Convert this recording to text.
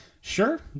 Sure